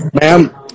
Ma'am